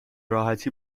راحتی